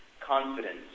confidence